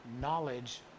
knowledge